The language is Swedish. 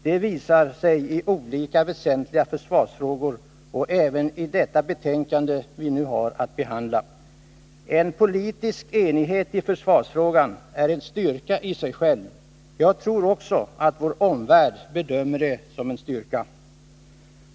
Det visar sig i olika väsentliga försvarsfrågor, även i det betänkande vi nu har att behandla. En politisk enighet i försvarsfrågan är en styrka i sig själv. Jag tror att också vår omvärld bedömer det som en styrka.